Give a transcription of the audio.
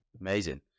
Amazing